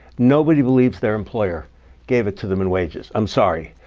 nobody believes their employer gave it to them in wages. i'm sorry.